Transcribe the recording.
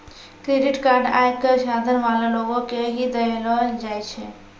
credit card आय क साधन वाला लोगो के ही दयलो जाय छै